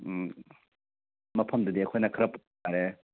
ꯎꯝ ꯃꯐꯝꯗꯨꯗꯤ ꯑꯩꯈꯣꯏꯅ ꯈꯔ ꯐꯔꯦ